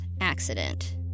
accident